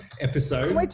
episode